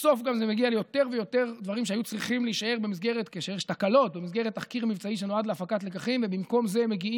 בסוף, כאשר יש תקלות, גם זה מגיע